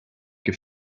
your